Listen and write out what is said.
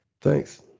Thanks